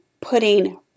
putting